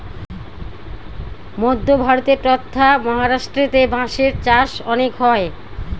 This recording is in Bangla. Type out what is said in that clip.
মধ্য ভারতে ট্বতথা মহারাষ্ট্রেতে বাঁশের চাষ অনেক হয়